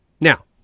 now